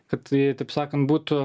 kad taip sakan būtų